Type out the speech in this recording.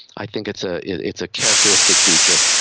i think it's ah it's a characteristic feature.